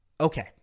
Okay